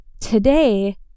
Today